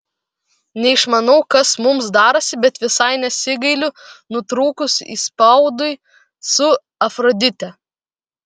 neišmanau kas mums darosi bet visai nesigailiu nutrūkus įspaudui su afrodite